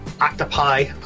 octopi